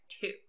two